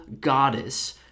goddess